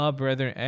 brother